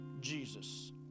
Jesus